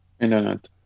Internet